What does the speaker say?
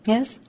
Yes